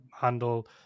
handle